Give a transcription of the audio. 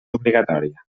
obligatòria